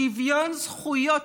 שוויון זכויות.